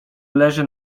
leży